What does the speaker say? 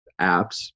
apps